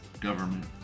government